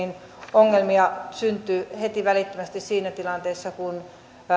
ongelmia syntyy heti välittömästi siinä tilanteessa kun